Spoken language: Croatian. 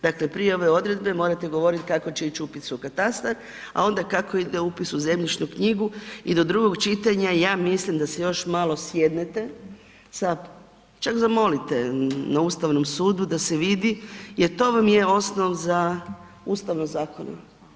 Dakle, prije ove odredbe morate govorit kako će ići upis u katastar, a onda kako ide upis u zemljišnu knjigu i do drugog čitanja ja mislim da se još malo sjednete sa, čak zamolite na Ustavnom sudu da se vidi jer to vam je osnov za ustavnost zakona.